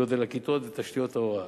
גודל הכיתות ותשתיות הוראה.